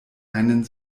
einen